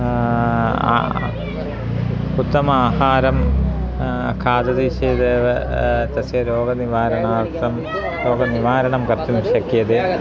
उत्तम आहारं खादति चेदेव तस्य रोगनिवारणार्थं रोगनिवारणं कर्तुं शक्यते